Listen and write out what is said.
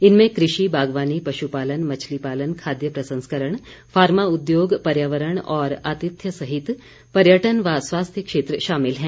इनमें कृषि बागवानी पशुपालन मछली पालन खाद्य प्रसंस्करण फार्मा उद्योग पर्यावरण और आतिथ्य सहित पर्यटन व स्वास्थ्य क्षेत्र शामिल हैं